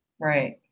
Right